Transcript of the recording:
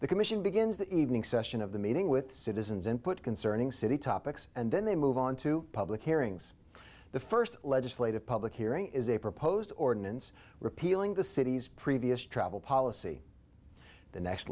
the commission begins the evening session of the meeting with citizens input concerning city topics and then they move on to public hearings the first legislative public hearing is a proposed ordinance repealing the city's previous travel policy the next